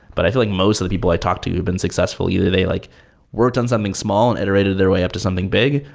but i feel like most of the people i talk to who've been successful, they like worked on something small and iterated their way up to something big,